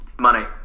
Money